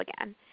again